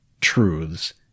truths